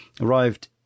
Arrived